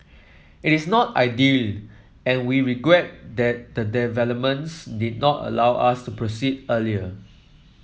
it is not ideal and we regret that the developments did not allow us to proceed earlier